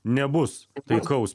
nebus taikaus